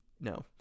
No